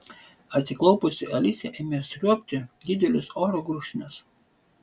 atsiklaupusi alicija ėmė sriuobti didelius oro gurkšnius